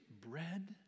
bread